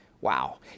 Wow